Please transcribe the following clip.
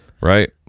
Right